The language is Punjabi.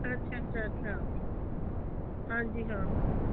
ਅੱਛਾ ਅੱਛਾ ਅੱਛਾ ਹਾਂਜੀ ਹਾਂ ਹਾਂ